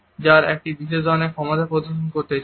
যারা একটি বিশেষ ধরনের ক্ষমতা প্রদর্শন করতে চায়